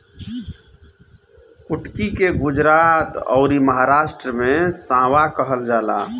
कुटकी के गुजरात अउरी महाराष्ट्र में सांवा कहल जाला